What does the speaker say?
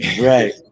right